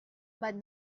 but